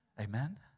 Amen